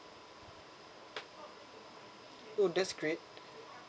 oh that's great